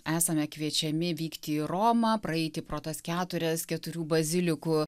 esame kviečiami vykti į romą praeiti pro tas keturias keturių bazilikų